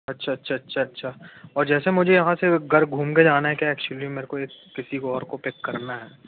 अच्छा अच्छा अच्छा अच्छा और जैसे मुझे यहाँ से घर घूम के जाना है क्या एक्चुली मेरे को ये किसी और को पिक करना है